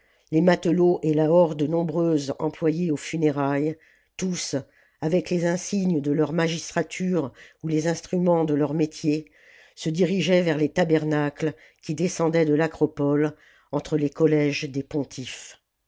les matelots et la horde nombreuse employée aux funérailles tous avec les insignes de leur magistrature ou les instruments de leur métier se dirigeaient vers les tabernacles qui descendaient de facropoie entre les collèges des pontifes